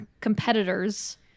competitors